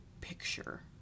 picture